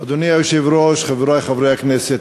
אדוני היושב-ראש, חברי חברי הכנסת,